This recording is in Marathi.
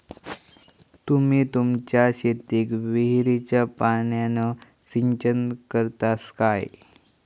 तुम्ही तुमच्या शेतीक विहिरीच्या पाण्यान सिंचन करतास काय?